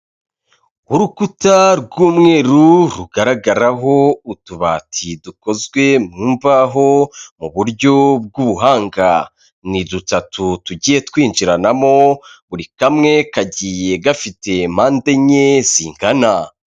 Urukuta rw'umweru rugaragaraho utubati dukozwe mu mbaho mu buryo bw'ubuhanga, ni dutatu tugiye twinjiranamo buri kamwe kagiye gafite mpandenye zingana.